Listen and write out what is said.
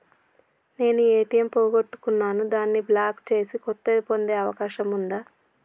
నేను ఏ.టి.ఎం పోగొట్టుకున్నాను దాన్ని బ్లాక్ చేసి కొత్తది పొందే అవకాశం ఉందా?